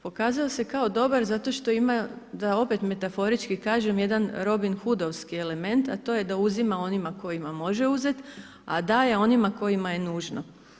Pokazao se kao dobar zato što ima da opet metaforički kažem jedan Robin Hudovski element a to je da uzima onima kojima može uzet, a daje onima kojima je nužno.